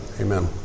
Amen